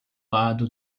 lado